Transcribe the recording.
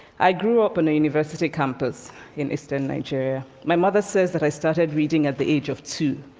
i grew up on a university campus in eastern nigeria. my mother says that i started reading at the age of two,